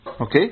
Okay